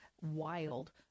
wild